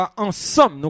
ensemble